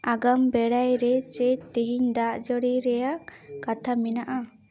ᱟᱜᱟᱢ ᱵᱮᱲᱟᱭ ᱨᱮ ᱪᱮᱫ ᱛᱮᱦᱮᱧ ᱫᱟᱜ ᱡᱟᱹᱲᱤ ᱨᱮᱭᱟᱜ ᱠᱟᱛᱷᱟ ᱢᱮᱱᱟᱜᱼᱟ